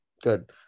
good